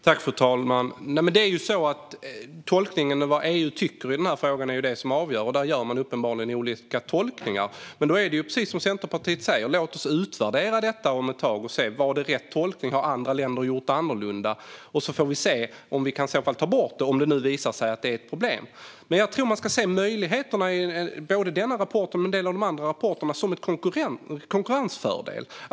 Fru talman! Det är tolkningen av vad EU tycker i frågan som avgör. Där gör man uppenbarligen olika tolkningar. Centerpartiet sa: Låt oss utvärdera detta om ett tag, för att se vad som är rätt tolkning. Har andra länder gjort annorlunda? Om det visar sig vara ett problem får vi se om vi kan ta bort det. Jag tror att man ska se både den här och en del av de andra rapporterna som en möjlig konkurrensfördel.